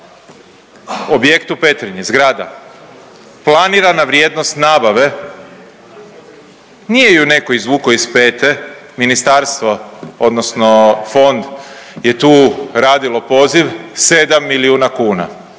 Objekt u Petrinji, zgrada, planirana vrijednost nabave nije ju neko izvukao iz pete, ministarstvo odnosno fond je tu radilo poziv 7 milijuna kuna.